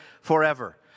forever